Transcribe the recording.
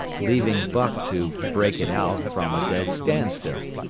leaving buck to break it out from a dead standstill.